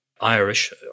Irish